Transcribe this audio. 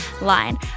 line